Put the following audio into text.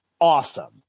awesome